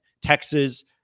Texas